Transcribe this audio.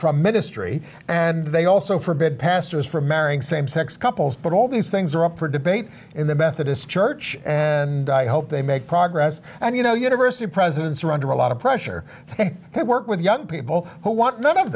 from ministry and they also forbid pastors from marrying same sex couples but all these things are up for debate in the methodist church and i hope they make progress and you know university presidents are under a lot of pressure to work with young people who want none of